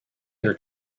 their